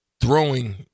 throwing